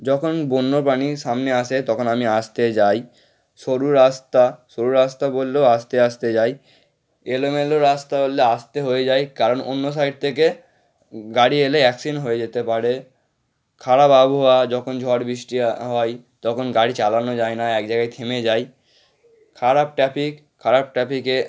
যখন বন্য প্রাণী সামনে আসে তখন আমি আস্তে যাই সরু রাস্তা সরু রাস্তা পড়লেও আস্তে আস্তে যাই এলোমেলো রাস্তা হলে আস্তে হয়ে যাই কারণ অন্য সাইড থেকে গাড়ি এলে অ্যাক্সিডেন্ট হয়ে যেতে পারে খারাপ আবহাওয়া যখন ঝড় বৃষ্টি হয় তখন গাড়ি চালানো যায় না এক জায়গায় থেমে যাই খারাপ ট্রাফিক খারাপ ট্র্যাফিকে